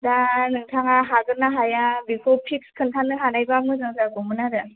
दा नोंथाङा हागोन्ना हाया बेखौ पिक्स खिथानो हानायबा मोजां जागौमोन आरो